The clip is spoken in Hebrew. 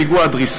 פיגוע ירי,